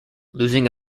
losing